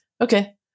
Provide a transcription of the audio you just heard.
Okay